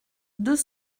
deux